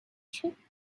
trip